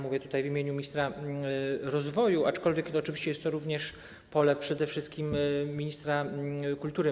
Mówię w imieniu ministra rozwoju, aczkolwiek oczywiście jest to pole przede wszystkim ministra kultury.